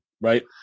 right